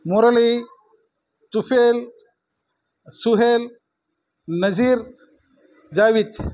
Murali Sushil Suhail Nasheer Javed